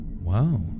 Wow